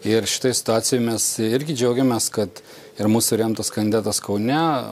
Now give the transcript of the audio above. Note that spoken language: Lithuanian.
ir šitoje situacijoje mes irgi džiaugiamės kad ir mūsų remtas kandidatas kaune